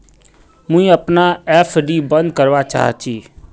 मुई अपना एफ.डी बंद करवा चहची